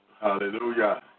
Hallelujah